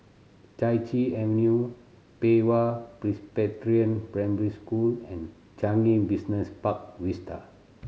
Chai Chee Avenue Pei Hwa Presbyterian Primary School and Changi Business Park Vista